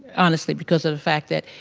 honestly. because of the fact that,